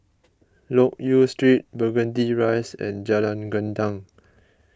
Loke Yew Street Burgundy Rise and Jalan Gendang